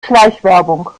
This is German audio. schleichwerbung